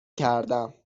کردم